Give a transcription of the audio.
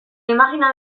imajina